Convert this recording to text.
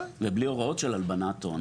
ובלי הוראות של הלבנת הון.